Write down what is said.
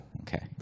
okay